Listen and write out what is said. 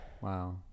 Wow